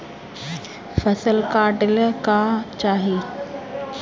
फसल काटेला का चाही?